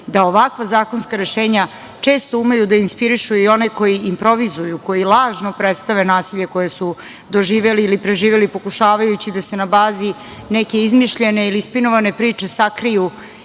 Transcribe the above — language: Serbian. da ovakva zakonska rešenja često umeju da inspirišu i one koji improvizuju, koji lažno predstave nasilje koje su doživeli ili preživeli, pokušavajući da se na bazi neke izmišljene ili spinovane priče sakriju